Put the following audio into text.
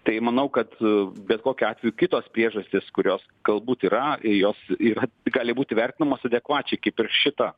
tai manau kad bet kokiu atveju kitos priežastys kurios galbūt yra ir jos yra gali būti vertinamos adekvačiai kaip ir šita